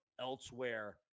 elsewhere